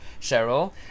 Cheryl